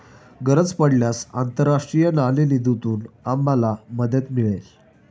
गरज पडल्यास आंतरराष्ट्रीय नाणेनिधीतून आम्हाला मदत मिळेल